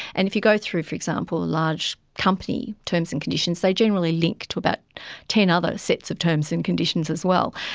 and if you go through, for example, large company terms and conditions, they generally link to about ten other sets of terms and conditions as well.